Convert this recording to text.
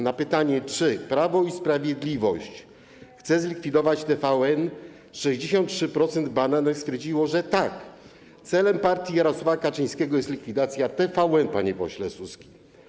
Na pytanie, czy Prawo i Sprawiedliwość chce zlikwidować TVN, 63% badanych stwierdziło, że tak, celem partii Jarosława Kaczyńskiego jest likwidacja TVN, panie pośle Suski.